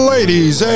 Ladies